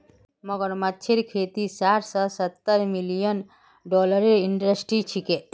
मगरमच्छेर खेती साठ स सत्तर मिलियन डॉलरेर इंडस्ट्री छिके